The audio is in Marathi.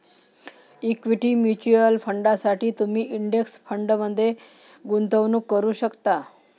इक्विटी म्युच्युअल फंडांसाठी तुम्ही इंडेक्स फंडमध्ये गुंतवणूक करू शकता